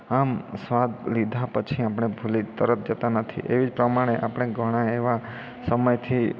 આમ સ્વાદ લીધા પછી આપણે ભૂલી તરત જતા નથી એવી જ પ્રમાણે આપણે ઘણા એવા સમયથી